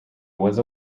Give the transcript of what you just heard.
was